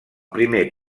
primer